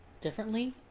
differently